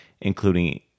including